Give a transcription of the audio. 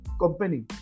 company